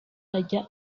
ajya